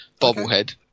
Bobblehead